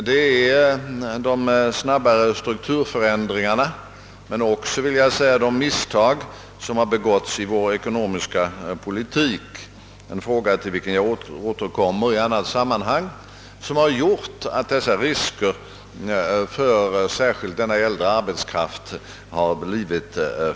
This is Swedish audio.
Det är de snabbare strukturförändringarna men ock så, vill jag säga, de misstag som begåtts i vår ekonomiska politik — en fråga till vilken jag återkommer i annat sammanhang — som har gjort att riskerna härvidlag för särskilt denna äldre arbetskraft har ökat.